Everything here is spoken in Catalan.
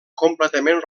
completament